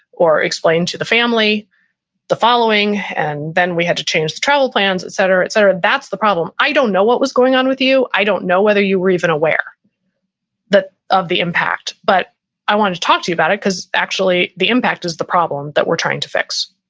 or explained to the family the following and then we had to change the travel plans, et cetera, et cetera. that's the problem. i don't know what was going on with you. i don't know whether you were even aware of the impact, but i wanted to talk to you about it because actually the impact is the problem that we're trying to fix.